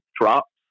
drops